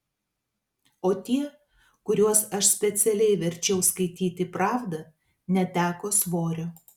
o tie kuriuos aš specialiai verčiau skaityti pravdą neteko svorio